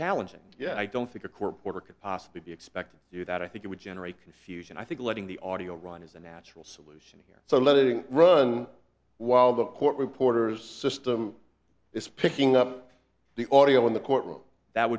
challenging yeah i don't think a court order could possibly be expected you that i think it would generate confusion i think letting the audio run is a natural solution here so letting run while the court reporter is system is picking up the audio in the courtroom that